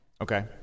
Okay